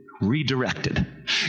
redirected